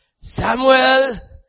Samuel